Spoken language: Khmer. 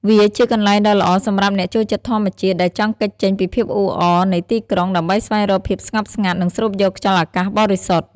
វាជាកន្លែងដ៏ល្អសម្រាប់អ្នកចូលចិត្តធម្មជាតិ ដែលចង់គេចចេញពីភាពអ៊ូអរនៃទីក្រុង ដើម្បីស្វែងរកភាពស្ងប់ស្ងាត់ និងស្រូបយកខ្យល់អាកាសបរិសុទ្ធ។